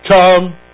come